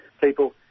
people